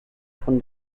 von